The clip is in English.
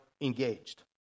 engaged